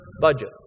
budget